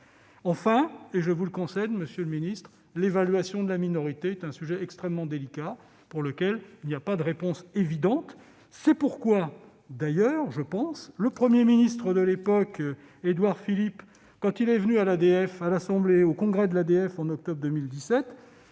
Enfin, je vous le concède, monsieur le secrétaire d'État, l'évaluation de la minorité est un sujet extrêmement délicat, pour lequel il n'y a pas de réponse évidente. C'est pourquoi d'ailleurs, je pense, le Premier ministre de l'époque, Édouard Philippe, quand il est venu au congrès de l'ADF en octobre 2017,